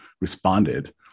responded